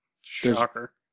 Shocker